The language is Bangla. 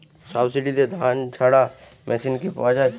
সাবসিডিতে ধানঝাড়া মেশিন কি পাওয়া য়ায়?